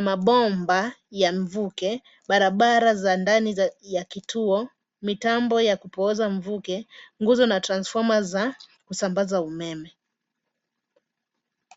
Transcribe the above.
mabomba ya mvuke. Barabara za ndani ya kituo, mitambo ya kupooza mvuke, nguzo na transforma za kusambaza umeme.